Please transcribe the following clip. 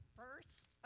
first